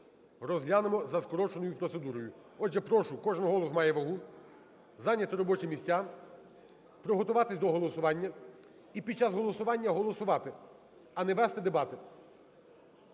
розглянемо за скороченою процедурою. Отже, прошу, кожен голос має вагу, зайняти робочі місця, приготуватись до голосування і під час голосування голосувати, а не вести дебати.